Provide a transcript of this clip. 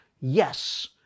Yes